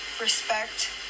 respect